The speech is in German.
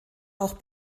auch